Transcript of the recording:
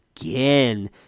again